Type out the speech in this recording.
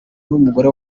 n’umugore